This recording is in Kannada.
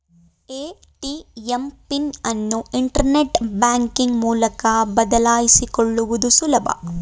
ಎ.ಟಿ.ಎಂ ಪಿನ್ ಅನ್ನು ಇಂಟರ್ನೆಟ್ ಬ್ಯಾಂಕಿಂಗ್ ಮೂಲಕ ಬದಲಾಯಿಸಿಕೊಳ್ಳುದು ಸುಲಭ